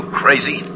crazy